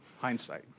Hindsight